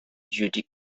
judy